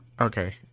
Okay